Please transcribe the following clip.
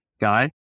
guy